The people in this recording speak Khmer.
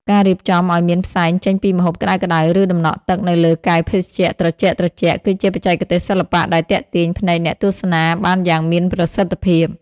ការរៀបចំឱ្យមានផ្សែងចេញពីម្ហូបក្តៅៗ ឬតំណក់ទឹកនៅលើកែវភេសជ្ជៈត្រជាក់ៗ គឺជាបច្ចេកទេសសិល្បៈដែលទាក់ទាញភ្នែកអ្នកទស្សនាបានយ៉ាងមានប្រសិទ្ធភាព។